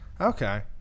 Okay